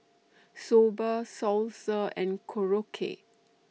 Soba Salsa and Korokke